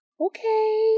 Okay